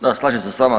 Da, slažem se s vama.